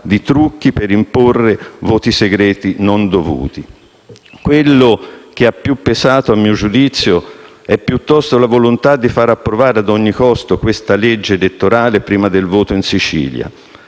di trucchi per imporre voti segreti non dovuti. Quello che ha più pesato - a mio giudizio - è piuttosto la volontà di far approvare a ogni costo questa legge elettorale prima del voto in Sicilia.